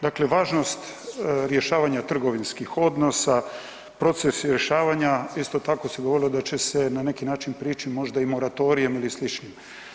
Dakle, važnost rješavanja trgovinskih odnosa, proces rješavanja isto tako se govorilo da će se na neki način prići možda i moratorijem ili sličnim.